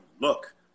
look